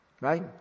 right